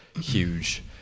huge